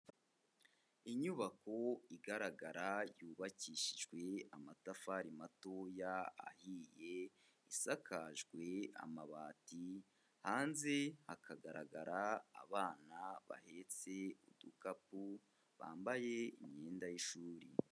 Inyubako igaragara yubakishijwe amatafari matoya ahiye, isakajwe amabati, hanze hakagaragara abana bahetse udukapu bambaye imyenda y'ishuri.